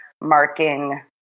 marking